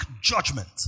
judgment